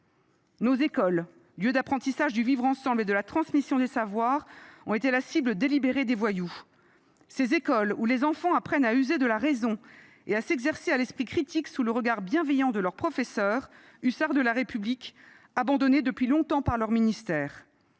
Nos écoles, lieux d’apprentissage du vivre ensemble et de la transmission des savoirs, ont été la cible délibérée des voyous. Ces écoles, où les enfants apprennent à user de la raison et à s’exercer à l’esprit critique sous le regard bienveillant de leurs professeurs, hussards de la République, abandonnés depuis longtemps par leur ministère